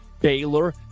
Baylor